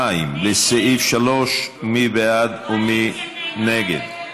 2, לסעיף 3, מי בעד ומי נגד?